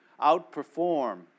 outperform